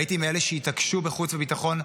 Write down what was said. והייתי מאלה שהתעקשו בוועדת חוץ וביטחון,